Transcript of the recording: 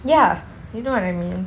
ya you know what I mean